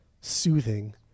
soothing